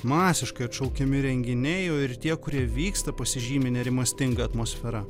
masiškai atšaukiami renginiai o ir tie kurie vyksta pasižymi nerimastinga atmosfera